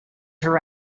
her